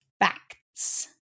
facts